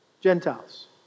Gentiles